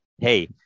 hey